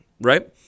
right